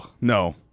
no